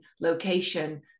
location